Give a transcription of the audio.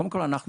הוקם עכשיו